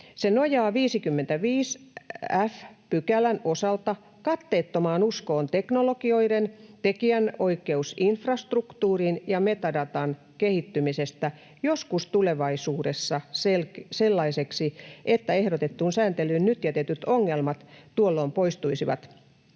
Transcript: Se nojaa 55 f §:n osalta katteettomaan uskoon teknologioiden, tekijänoikeusinfrastruktuurin ja metadatan kehittymisestä joskus tulevaisuudessa sellaiseksi, että ehdotettuun sääntelyyn nyt jätetyt ongelmat tuolloin poistuisivat,